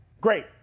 Great